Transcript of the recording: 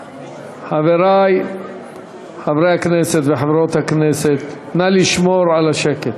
חברי חברי הכנסת וחברות הכנסת, נא לשמור על השקט.